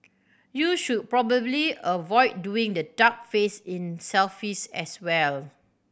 you should probably avoid doing the duck face in selfies as well